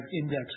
index